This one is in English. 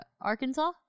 Arkansas